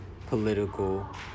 political